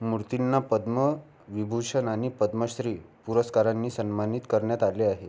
मूर्तींना पद्मविभूषण आणि पद्मश्री पुरस्कारांनी सन्मानित करण्यात आले आहे